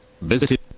visited